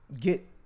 get